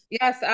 Yes